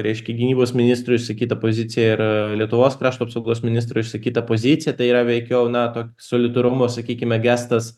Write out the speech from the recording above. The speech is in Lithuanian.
reiškia gynybos ministrui išsakyta pozicija yra lietuvos krašto apsaugos ministro išsakyta pozicija tai yra veikiau na to solidarumo sakykime gestas